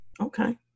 okay